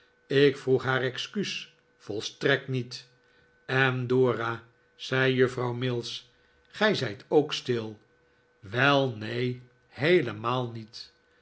ik vroeg haar excuus volstrekt niet en dora zei juffrouw mills gij zijt ook stil wel neen heelemaal niet